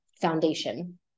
foundation